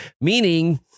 Meaning